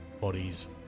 bodies